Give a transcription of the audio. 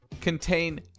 contain